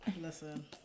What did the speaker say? listen